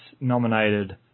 nominated